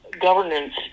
governance